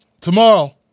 tomorrow